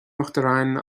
uachtaráin